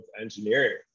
engineering